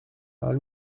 ale